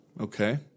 Okay